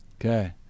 okay